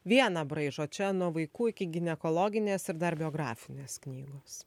vieną braižą o čia nuo vaikų iki ginekologinės ir dar biografinės knygos